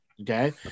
Okay